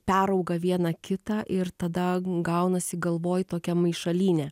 perauga viena kitą ir tada gaunasi galvoj tokia maišalynė